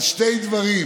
על שני דברים: